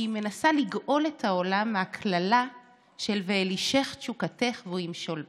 כי היא מנסה לגאול את העולם מהקללה של "ואל אשך תשוקתך והוא ימשל בך"